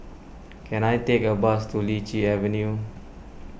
can I take a bus to Lichi Avenue